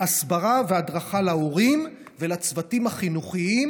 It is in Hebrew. הסברה והדרכה להורים ולצוותים החינוכיים,